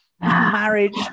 marriage